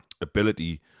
ability